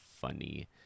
funny